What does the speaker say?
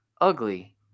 ugly